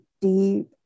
deep